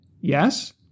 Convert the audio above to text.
Yes